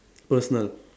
personal